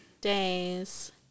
Days